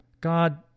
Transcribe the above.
God